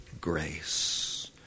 grace